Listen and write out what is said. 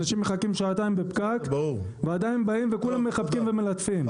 אנשים מחכים שעתיים בפקק ועדיין באים וכולם מחבקים ומלטפים.